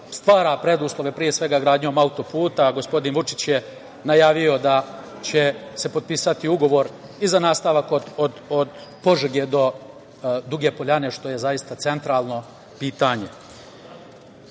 stvara preduslove, pre svega, gradnjom auto-puta. Gospodin Vučić je najavio da će se potpisati ugovor i za nastavak od Požege do Duge poljane, što je zaista centralno pitanje. Mnogo